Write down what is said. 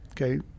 okay